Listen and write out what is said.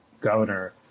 governor